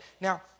Now